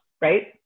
right